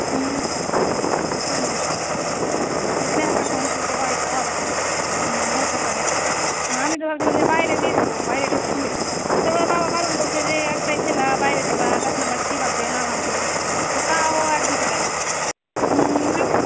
হুম হুম দেখ এখন যদি হয় তো হবে হুম হতে পারে আমি তো ভাবছিলাম যে বাইরে দিয়ে দেবো বাইরের ইস্কুলে তো ওর বাবা বারণ করছে যে একটাই ছেলে বাইরে দেবে তখন আবার কী হবে না হবে তা ও আর দিতে দেয় না হুম নাহ